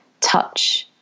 touch